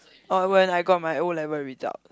oh when I got my O-level result